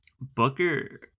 Booker